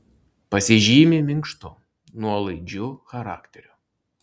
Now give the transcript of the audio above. pasižymi minkštu nuolaidžiu charakteriu